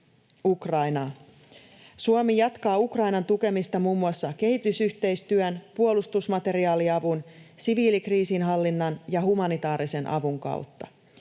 Ukrainaa. Suomi jatkaa Ukrainan tukemista muun muassa kehitysyhteistyön, puolustusmateriaaliavun, siviilikriisinhallinnan ja humanitaarisen avun kautta.